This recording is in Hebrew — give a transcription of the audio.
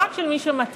לא רק של מי שמתאים.